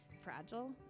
fragile